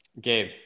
Gabe